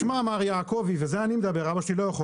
והוא אומר 'תשמע מר יעקובי' - וזה אני מדבר אבא שלי לא יכול